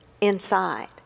inside